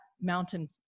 mountain